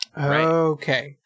Okay